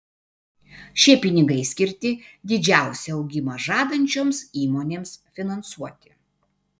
šie pinigai skirti didžiausią augimą žadančioms įmonėms finansuoti